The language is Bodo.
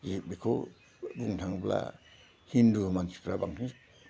जे बेखौ बुंनो थाङोब्ला हिन्दु मानसिफ्रा बांसिन